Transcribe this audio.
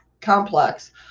complex